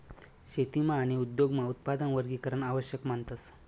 शेतीमा आणि उद्योगमा उत्पादन वर्गीकरण आवश्यक मानतस